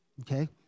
okay